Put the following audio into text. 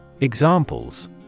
Examples